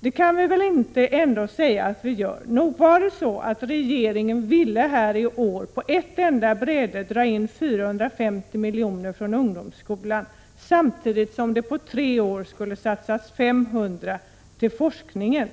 Det kan man väl ändå inte säga att vi gör. Nog var det så att regeringen i år på ett enda bräde ville dra in 450 miljoner från ungdomsskolan samtidigt som den på tre år skulle satsa 500 miljoner på forskningen.